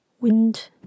wind